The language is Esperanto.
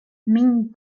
min